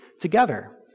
together